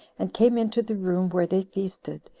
and came into the room where they feasted,